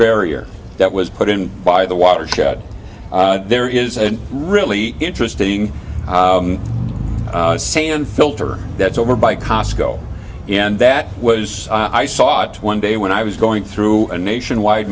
barrier that was put in by the water there is a really interesting sand filter that's over by cosco and that was i saw it one day when i was going through a nationwide